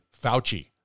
Fauci